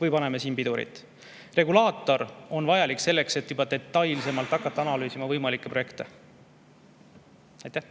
või paneme siin pidurit. Regulaator on vajalik selleks, et juba detailsemalt hakata analüüsima võimalikke projekte. Mart Maastik,